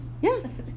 Yes